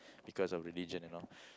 because of religion and all